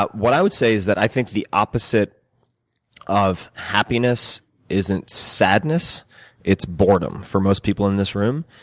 what i would say is that i think the opposite of happiness isn't sadness it's boredom for most people in this room.